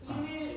ah